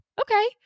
okay